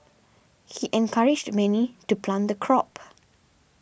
he encouraged many to plant the crop